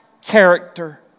character